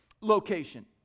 location